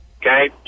Okay